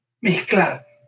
mezclar